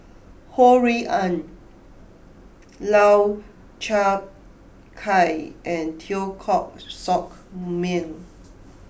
Ho Rui An Lau Chiap Khai and Teo Koh Sock Miang